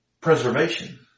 preservation